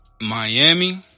Miami